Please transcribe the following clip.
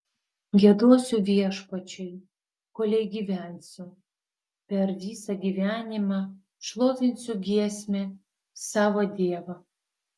giedosiu viešpačiui kolei gyvensiu per visą gyvenimą šlovinsiu giesme savo dievą